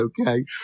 okay